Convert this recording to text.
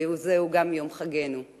שזהו גם יום חגנו.